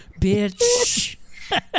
bitch